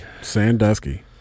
sandusky